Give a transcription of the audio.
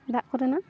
ᱫᱟᱜ ᱠᱚᱨᱮᱱᱟᱜ